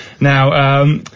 Now